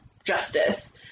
justice